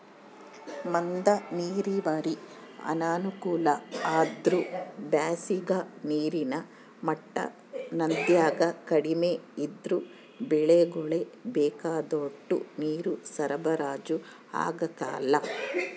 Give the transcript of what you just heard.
ಮದ್ದ ನೀರಾವರಿ ಅನಾನುಕೂಲ ಅಂದ್ರ ಬ್ಯಾಸಿಗಾಗ ನೀರಿನ ಮಟ್ಟ ನದ್ಯಾಗ ಕಡಿಮೆ ಇದ್ರ ಬೆಳೆಗುಳ್ಗೆ ಬೇಕಾದೋಟು ನೀರು ಸರಬರಾಜು ಆಗಕಲ್ಲ